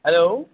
hello